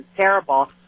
terrible